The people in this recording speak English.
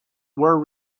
were